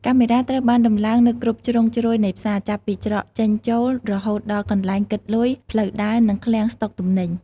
កាមេរ៉ាត្រូវបានដំឡើងនៅគ្រប់ជ្រុងជ្រោយនៃផ្សារ ចាប់ពីច្រកចេញចូល រហូតដល់កន្លែងគិតលុយ ផ្លូវដើរ និងឃ្លាំងស្តុកទំនិញ។